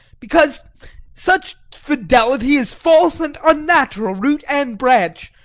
because such fidelity is false and unnatural, root and branch.